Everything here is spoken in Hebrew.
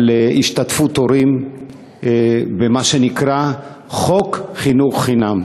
השתתפות הורים ומה שנקרא חוק חינוך חינם.